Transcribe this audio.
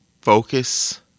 focus